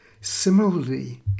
Similarly